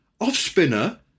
off-spinner